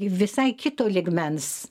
visai kito lygmens